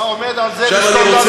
אתה עומד על זה, לסתום לנו את הפה?